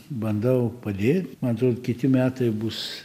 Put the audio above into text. bandau padėt man atrod kiti metai bus